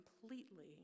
completely